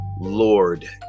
Lord